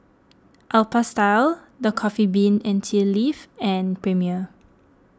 Alpha Style the Coffee Bean and Tea Leaf and Premier